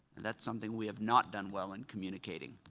that's something we have not done well in communicating.